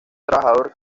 trabajador